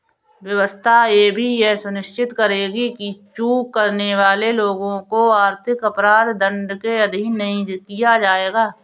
व्यवस्था यह भी सुनिश्चित करेगी कि चूक करने वाले लोगों को आर्थिक अपराध दंड के अधीन नहीं किया जाएगा